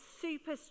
super